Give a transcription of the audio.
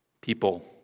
People